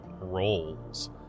roles